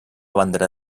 bandera